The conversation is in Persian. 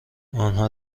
آنها